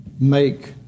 make